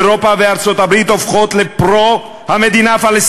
אירופה וארצות-הברית הופכות לפרו-המדינה-הפלסטינית,